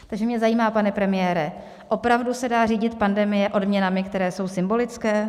Takže mě zajímá, pane premiére, opravdu se dá řídit pandemie odměnami, které jsou symbolické?